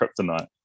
kryptonite